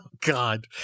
God